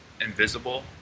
invisible